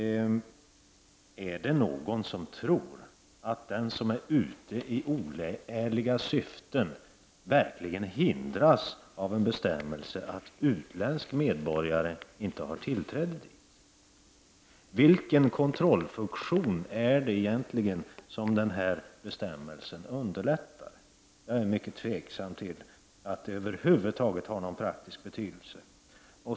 Är det någon som tror att den som är ute i oärliga syften verkligen hindras av en bestämmelse om att utländsk medborgare inte har tillträde till skyddsområdena? Vilken kontrollfunktion underlättar den bestämmelsen? Jag är mycket tveksam huruvida den över huvud taget har någon praktisk betydelse.